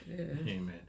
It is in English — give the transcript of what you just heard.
Amen